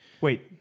Wait